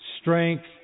strength